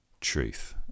truth